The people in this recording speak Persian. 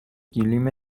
گلیم